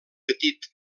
petit